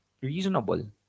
reasonable